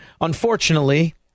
unfortunately